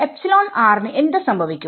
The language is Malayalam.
ന് എന്ത് സംഭവിക്കും